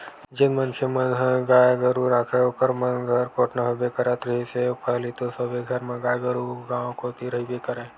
जेन मनखे मन ह गाय गरु राखय ओखर मन घर कोटना होबे करत रिहिस हे अउ पहिली तो सबे घर म गाय गरु गाँव कोती रहिबे करय